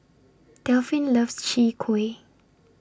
Delphin loves Chwee Kueh